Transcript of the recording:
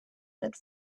that